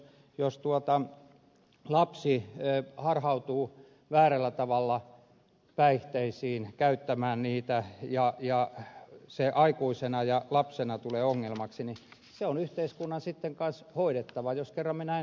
jos lapsi harhautuu väärällä tavalla päihteisiin käyttämään niitä ja se aikuisena ja lapsena tulee ongelmaksi niin se on yhteiskunnan sitten kanssa hoidettava jos kerran me näin haluamme